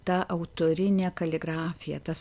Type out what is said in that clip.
ta autorinė kaligrafija tas